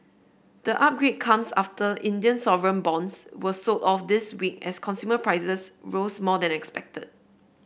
the upgrade comes after Indian sovereign bonds were sold off this week as consumer prices rose more than expected